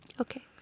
Okay